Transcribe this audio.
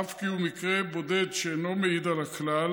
אף כי הוא מקרה בודד שאינו מעיד על הכלל,